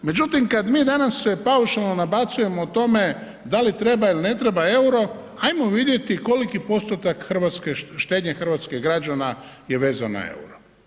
Međutim, kad mi danas se paušalno nabacujemo o tome da li treba ili ne treba EUR-o ajmo vidjeti koliki postotak štednje hrvatskih građana je vezan na EUR-o.